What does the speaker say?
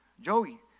Joey